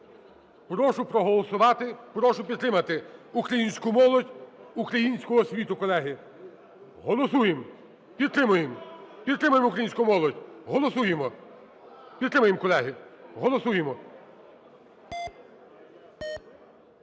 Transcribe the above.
Прошу проголосувати підтримати українську молодь, українську освіту, колеги. Голосуємо. Підтримуємо, підтримуємо українську молодь. Голосуємо.